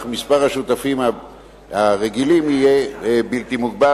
אך מספר השותפים הרגילים יהיה בלתי מוגבל.